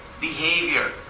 behavior